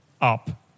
up